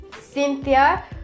Cynthia